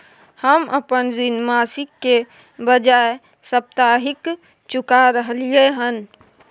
हम अपन ऋण मासिक के बजाय साप्ताहिक चुका रहलियै हन